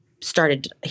started